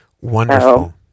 Wonderful